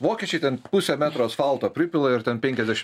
vokiečiai ten pusę metro asfalto pripila ir ten penkiasdešim